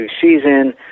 season